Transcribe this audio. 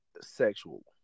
sexual